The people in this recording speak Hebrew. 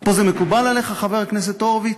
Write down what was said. פה זה מקובל עליך, חבר הכנסת הורוביץ?